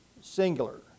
singular